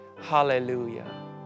Hallelujah